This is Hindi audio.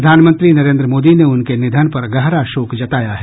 प्रधानमंत्री नरेन्द्र मोदी ने उनके निधन पर गहरा शोक जताया है